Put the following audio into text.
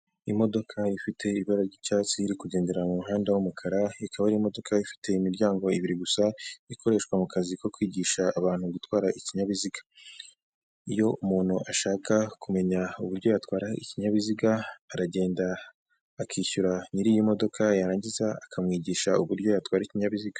Imodoka ifite ibara ry'icyatsi iri kugendera mu muhanda w'umukara, ikaba ari imodoka ifite imiryango ibiri gusa ikoreshwa mu kazi ko kwigisha abantu gutwara ikinyabiziga, iyo umuntu ashaka kumenya uburyo yatwara ikinyabiziga aragenda akishyura nyir'iyi modoka yarangiza akamwigisha uburyo yatwara ikinyabiziga.